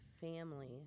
family